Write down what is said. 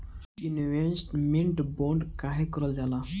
Investment bond काहे कारल जाला?